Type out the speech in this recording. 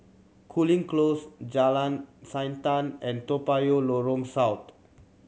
Cooling Close Jalan Siantan and Toa Payoh South